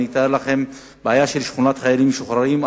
אני אתאר לכם בעיה בשכונת חיילים משוחררים,